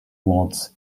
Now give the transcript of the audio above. watts